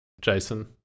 jason